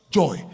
joy